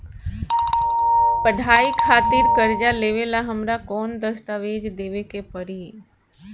पढ़ाई खातिर कर्जा लेवेला हमरा कौन दस्तावेज़ देवे के पड़ी?